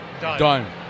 Done